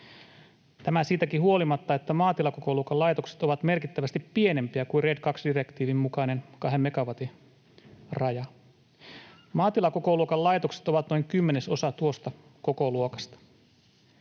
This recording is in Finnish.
Tämä siitäkin huolimatta, että maatilakokoluokan laitokset ovat merkittävästi pienempiä kuin Red II ‑direktiivin mukainen kahden megawatin raja. Maatilakokoluokan laitokset ovat noin kymmenesosa tuosta kokoluokasta.